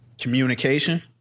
Communication